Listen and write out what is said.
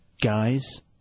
Guys